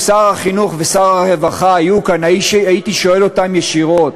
אם שר החינוך ושר הרווחה היו כאן הייתי שואל אותם ישירות: